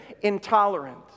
intolerant